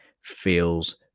feels